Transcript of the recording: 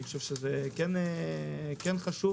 זה חשוב.